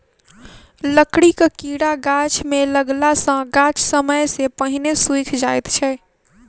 लकड़ीक कीड़ा गाछ मे लगला सॅ गाछ समय सॅ पहिने सुइख जाइत छै